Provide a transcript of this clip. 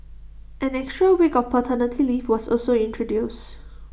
an extra week of paternity leave was also introduced